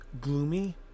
gloomy